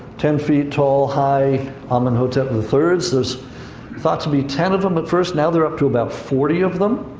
ten feet tall high amenhotep the thirds. there's thought to be ten of them, at but first. now they're up to about forty of them.